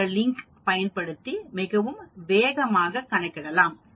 என்ற லிங்க் பயன்படுத்தி மிகவும் வேகமாக கணக்கிடலாம்